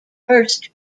first